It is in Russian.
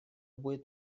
будет